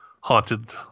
haunted